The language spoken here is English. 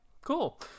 Cool